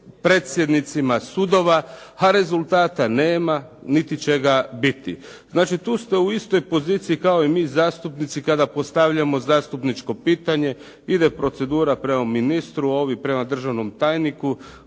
predsjednicima sudova, a rezultata nema niti će ga biti. Znači tu ste u istoj poziciji kao i mi zastupnici kada postavljamo zastupničko pitanje, ide procedura prema ministru, ovi prema državnom tajniku,